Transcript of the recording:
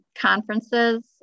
conferences